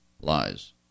lies